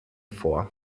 vor